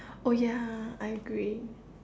uh yeah I agree